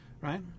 right